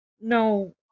No